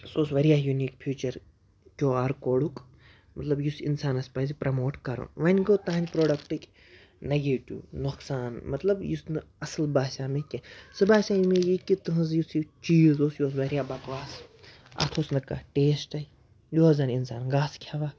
سُہ اوس وریاہ یُنیٖک فیٖچَر کیو آر کوڈُک مطلب یُس اِنسانَس پَزِ پرٛموٹ کَرُن وَنۍ گوٚو تُہَنٛدِ پرٛوڈَکٹٕک نَگیٹِو نۄقصان مطلب یُس نہٕ اَصٕل باسیٛو مےٚ کینٛہہ سُہ باسیٛاے مےٚ یہِ کہِ تُہُنٛز یُس یہِ چیٖز اوس یہِ اوس واریاہ بکواس اَتھ اوس نہٕ کانٛہہ ٹیسٹَے یہِ اوس زَن اِنسان گاسہٕ کھٮ۪وان